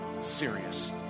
serious